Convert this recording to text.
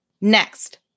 Next